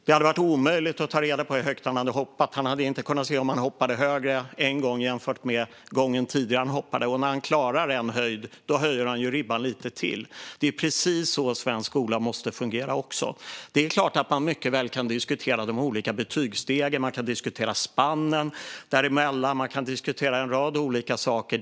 Det hade varit omöjligt att ta reda på hur högt han hade hoppat, och han hade inte kunnat se om han hoppade högre en gång jämfört med gången tidigare. När han klarar en höjd höjer han dessutom ribban lite till. Det är precis så svensk skola också måste fungera. Det är klart att man mycket väl kan diskutera de olika betygsstegen. Man kan diskutera spannen däremellan, och man kan diskutera en rad olika saker.